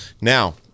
now